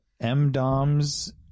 M-Doms